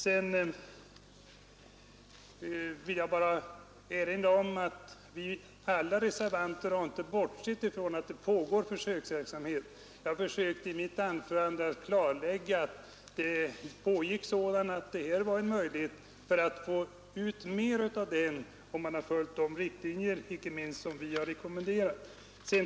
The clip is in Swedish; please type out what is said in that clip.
Jag vill erinra om att inte alla reservanter har bortsett från att försöksverksamhet pågår. Jag försökte i mitt anförande klarlägga att sådan pågår och att det hade gått att få ut mer av den om man hade följt de riktlinjer som inte minst vi har rekommenderat.